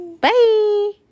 Bye